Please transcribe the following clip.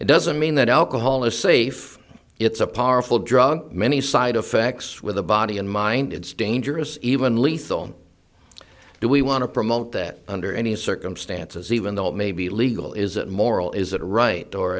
it doesn't mean that alcohol is safe it's a powerful drug many side effects with the body in mind it's dangerous even lethal do we want to promote that under any circumstances even though it may be legal is it moral is that right